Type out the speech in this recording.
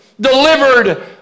delivered